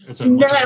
No